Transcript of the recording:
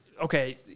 Okay